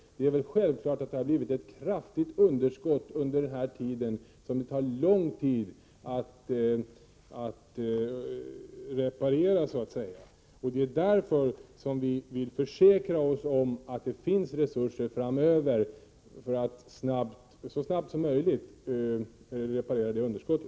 Det är väl självklart att det har blivit ett kraftigt underskott under denna tid som det kommer att ta lång tid att reparera. Det är därför som vi vill försäkra oss om att det finns resurser framöver för att så snabbt som möjligt kunna reparera underskottet.